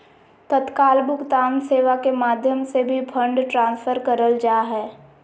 तत्काल भुगतान सेवा के माध्यम से भी फंड ट्रांसफर करल जा हय